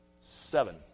Seven